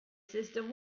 system